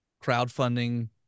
crowdfunding